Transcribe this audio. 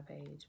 page